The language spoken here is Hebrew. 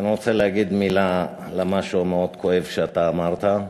אני רוצה להגיד מילה על משהו מאוד כואב שאתה אמרת,